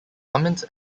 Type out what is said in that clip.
cummins